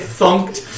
thunked